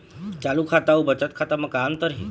चालू खाता अउ बचत खाता म का अंतर हे?